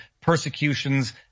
persecutions